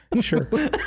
Sure